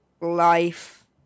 life